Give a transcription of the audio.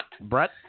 Brett